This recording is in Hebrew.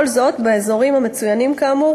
כל זאת באזורים המצוינים כאמור,